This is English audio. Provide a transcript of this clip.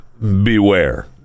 beware